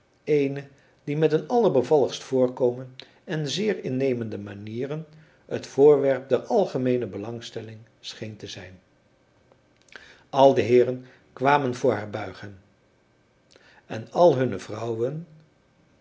eene die met een allerbevalligst voorkomen en zeer innemende manieren het voorwerp der algemeene belangstelling scheen te zijn al de heeren kwamen voor haar buigen en al hunne vrouwen